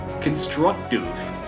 constructive